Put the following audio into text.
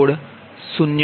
2916 0